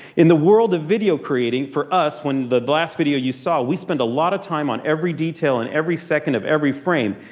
in the world of video creating for us, the the last video you saw we spent a lot of time on every detail and every second of every frame.